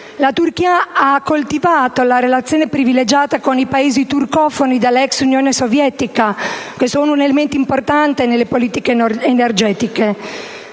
La Turchia ha coltivato una relazione privilegiata con i Paesi turcofoni dell'ex Unione Sovietica, che sono un elemento importante nelle politiche energetiche.